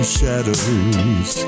shadows